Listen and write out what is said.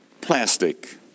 plastic